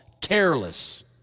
careless